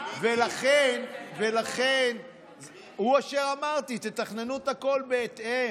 ולכן הוא אשר אמרתי, תתכננו את הכול בהתאם.